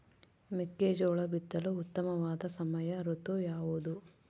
ಮೆಕ್ಕೆಜೋಳ ಬಿತ್ತಲು ಉತ್ತಮವಾದ ಸಮಯ ಋತು ಯಾವುದು?